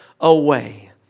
away